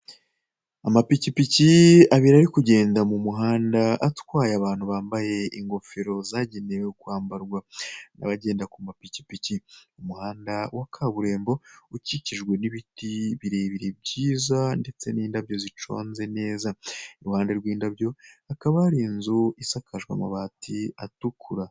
Amapikipiki abiri ari kugenda mu muhanda atwaye abantu bambaye ingofero zagenewe kwambarwa n'abagenda ku mapikipiki. Umuhanda wa kaburimbo ukikijwe n'ibiti birebire byiza ndetse n'indabyo ziconze neza. Iruhande rw'indabyo hakaba hari inzu isakajwe amabati atukura.